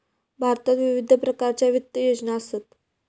भारतात विविध प्रकारच्या वित्त योजना असत